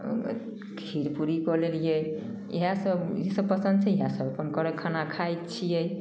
खीर पूड़ी कऽ लेलिए इएहसब ईसब पसन्द छै इएहसब अपन घरके खाना खाइ छिए